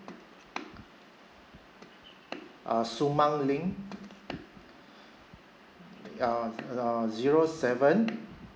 uh sumang link uh uh zero seven